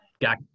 got